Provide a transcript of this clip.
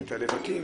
את הלבטים